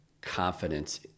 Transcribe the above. confidence